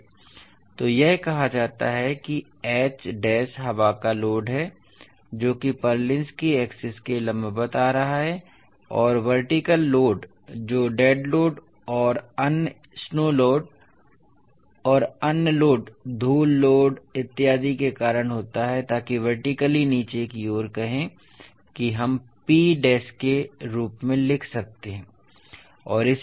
तो यह कहा जाता है कि H डैश हवा का लोड है जो कि पुर्लिन्स की एक्सिस के लंबवत आ रहा है और वर्टीकल लोड जो डेड लोड और अन्य स्नो लोड और अन्य लोड धूल लोड इत्यादि के कारण होता है ताकि वर्टिकली नीचे की ओर कहें कि हम P डैश के रूप में लिख सकते हैं ठीक है